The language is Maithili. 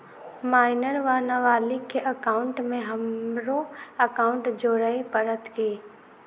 माइनर वा नबालिग केँ एकाउंटमे हमरो एकाउन्ट जोड़य पड़त की?